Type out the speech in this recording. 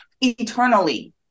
eternally